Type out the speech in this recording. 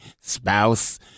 spouse